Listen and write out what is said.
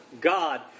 God